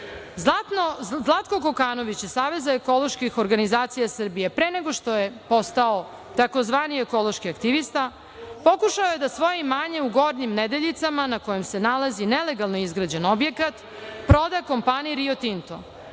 Kokanović iz Saveza ekoloških organizacija Srbije pre nego što je postao tzv. ekološki aktivista pokušao je da svoje imanje u Gornjim Nedeljicama na kojem se nalazi nelegalno izgrađen objekat proda kompaniji Rio Tinto.